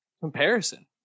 comparison